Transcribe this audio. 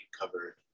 covered